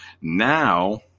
Now